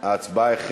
להצבעה.